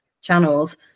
channels